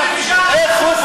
איך הוא,